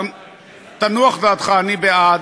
תנוח דעתך, אני בעד.